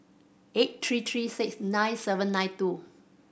eight three three six nine seven nine two